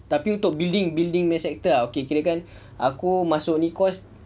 tapi untuk building building punya sector ah kirakan aku masuk ni course